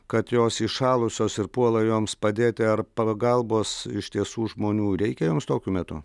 kad jos įšalusios ir puola joms padėti ar pagalbos iš tiesų žmonių reikia joms tokiu metu